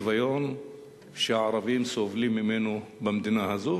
את האי-שוויון שהערבים סובלים ממנו במדינה הזאת.